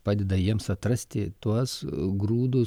padeda jiems atrasti tuos grūdus